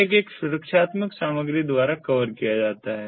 tag एक सुरक्षात्मक सामग्री द्वारा कवर किया जाता है